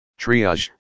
Triage